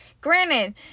Granted